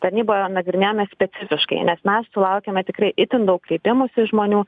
tarnyba nagrinėjame specifiškai nes mes sulaukiame tikrai itin daug kreipimųsi iš žmonių